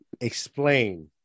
explain